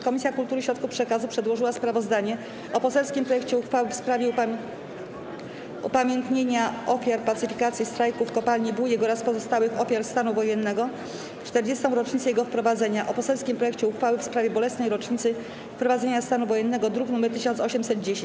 Komisja Kultury i Środków Przekazu przedłożyła sprawozdanie o poselskim projekcie uchwały w sprawie upamiętnienia ofiar pacyfikacji strajku w Kopalni „Wujek” oraz pozostałych ofiar stanu wojennego w czterdziestą rocznicę jego wprowadzenia oraz o poselskim projekcie uchwały w sprawie bolesnej rocznicy wprowadzenia stanu wojennego, druk nr 1810.